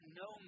no